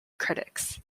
critics